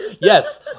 Yes